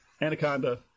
anaconda